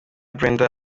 brenda